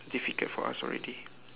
difficult for us already